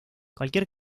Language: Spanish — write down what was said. cualquier